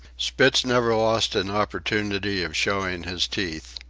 spitz never lost an opportunity of showing his teeth.